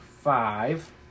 five